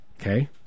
okay